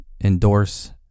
endorse